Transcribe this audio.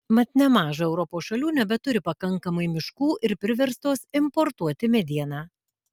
mat nemaža europos šalių nebeturi pakankamai miškų ir priverstos importuoti medieną